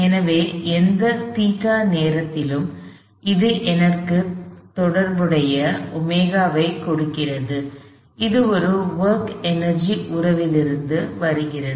எனவே எந்த ϴ நேரத்திலும் இது எனக்கு தொடர்புடைய ω ஐ கொடுக்கிறது இது ஒரு ஒர்க் எனர்ஜி உறவிலிருந்து வருகிறது